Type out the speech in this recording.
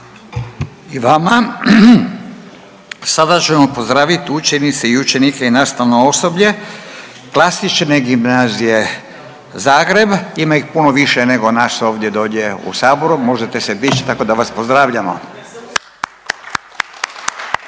vama. Sada ćemo pozdravit učenice i učenike i nastavno osoblje Klasične gimnazije Zagreb, ima ih puno više nego nas ovdje dolje u saboru. Možete se dići tako da vas pozdravljamo.